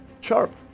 sharp